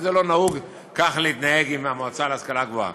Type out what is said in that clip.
כי זה לא נהוג להתנהג כך עם המועצה להשכלה גבוהה.